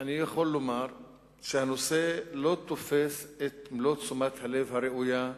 אני יכול לומר שהנושא לא תופס את מלוא תשומת הלב הראויה,